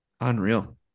unreal